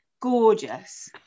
gorgeous